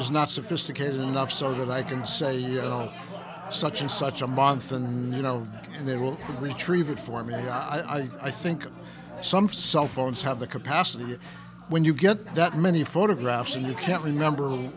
phone's not sophisticated enough so that i can say you know such and such a month and you know and they will retrieve it for me i think some cell phones have the capacity when you get that many photographs and you can't remember